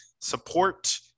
Support